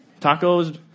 Tacos